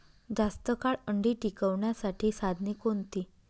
जास्त काळ अंडी टिकवण्यासाठी साधने कोणती?